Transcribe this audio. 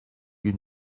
you